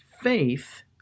faith